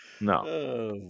No